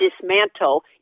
dismantle